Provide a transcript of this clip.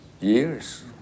years